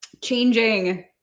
changing